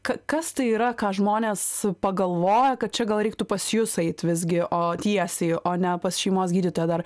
ka kas tai yra ką žmonės pagalvoja kad čia gal reiktų pas jus eit visgi o tiesiai o ne pas šeimos gydytoją dar